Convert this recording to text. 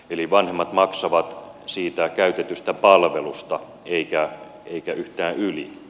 eli vanhemmat maksavat siitä käytetystä palvelusta eivätkä yhtään yli